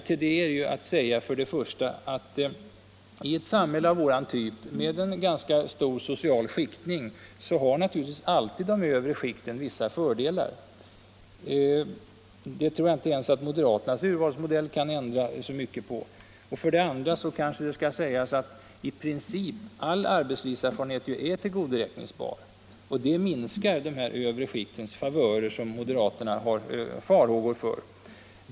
Till det är att säga för det första, att i ett samhälle av vår typ med en ganska stor social skiktning har naturligtvis alltid de övre skikten vissa fördelar. Det tror jag inte ens att moderaternas urvalsmodell kan ändra mycket på. För det andra kan sägas att i princip är ju all arbetslivserfarenhet tillgodoräkningsbar. Det minskar de övre skiktens favörer som moderaterna hyser farhågor för.